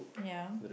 ya